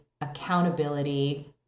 accountability